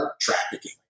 trafficking